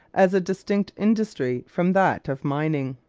as a distinct industry from that of mining.